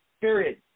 period